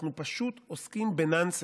אנחנו פשוט עוסקים ב-nonsense,